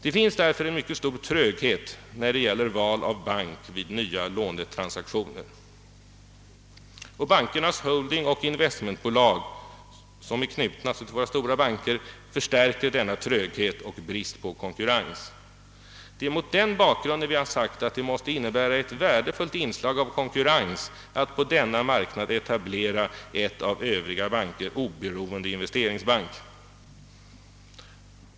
En mycket stor tröghet föreligger sålunda när det gäller val av bank vid nya lånetransaktioner. De holdingoch investmentbolag, som är knutna till våra stora banker, förstärker bristen på konkurrens. Det är mot den bakgrunden vi ansett att det måste innebära ett värdefullt inslag av konkurrens att på denna marknad etablera en av övriga banker oberoende investeringsbank.